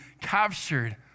captured